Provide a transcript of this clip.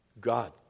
God